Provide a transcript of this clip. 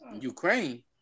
Ukraine